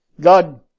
God